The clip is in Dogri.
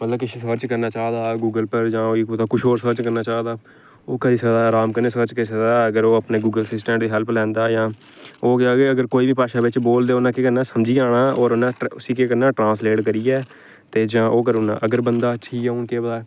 मतलब कुछ सर्च करना चाह् दा गूगल पर जां कुतै कुछ होर सर्च करना चाह् दा ओह् करी सकदा अराम कन्नै सर्च करी सकदा अगर ओह् अपने गूगल असिस्टैंट दी हैल्प लैंदा जां ओह् केह् अगर कोई बी भाशा बिच्च बोलदे उन्नै केह् करना समझी जाना होर उन्नै उसी केह् करना ट्रांस्लेट करियै ते जां ओह् करी ओड़ना जां अगर बंदा ठीक ऐ हून केह् पता